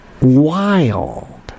wild